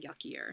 yuckier